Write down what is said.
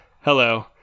hello